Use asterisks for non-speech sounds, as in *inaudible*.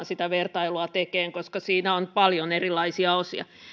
*unintelligible* sitä vertailua tekemään koska siinä on paljon erilaisia osia